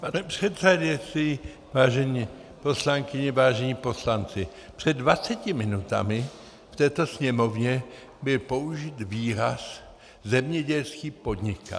Pane předsedající, vážené poslankyně, vážení poslanci, před dvaceti minutami v této sněmovně byl použit výraz zemědělský podnikatel.